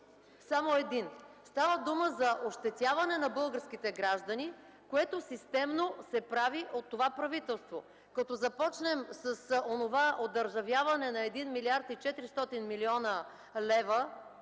само един. Става дума за ощетяване на българските граждани, което системно се прави от това правителство. Като започнем с онова одържавяване на 1 млрд. 400 млн. лв.